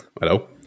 Hello